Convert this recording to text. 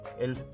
el